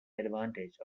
advantage